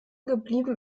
geblieben